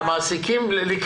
אנחנו הולכים הציבור, למעסיקים.